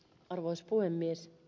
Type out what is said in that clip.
arvoisa puhemies